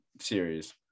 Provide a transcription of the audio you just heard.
series